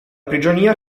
prigionia